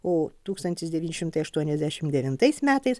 o tūkstantis devyni šimtai aštuoniasdešim devintais metais